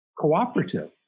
cooperative